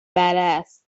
badass